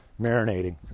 Marinating